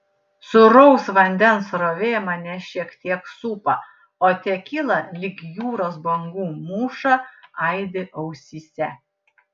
sūraus vandens srovė mane šiek tiek supa o tekila lyg jūros bangų mūša aidi ausyse